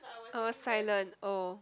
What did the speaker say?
I was silent oh